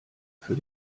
für